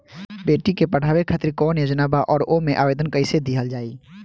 बेटी के पढ़ावें खातिर कौन योजना बा और ओ मे आवेदन कैसे दिहल जायी?